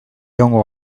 egongo